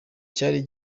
cyari